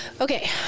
okay